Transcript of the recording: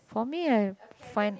for me I find